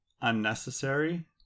unnecessary